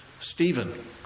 Stephen